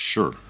Sure